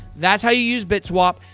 that's how you use bitswap.